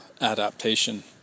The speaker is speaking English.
adaptation